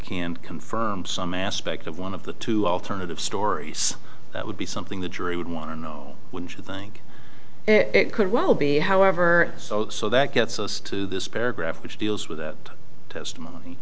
can confirm some aspect of one of the two alternative stories that would be something the jury would want to know wouldn't you think it could well be however so that gets us to this paragraph which deals with that testimony